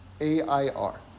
A-I-R